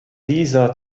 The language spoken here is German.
dieser